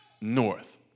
north